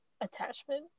attachment